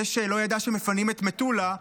זה שלא ידע שמפנים את מטולה,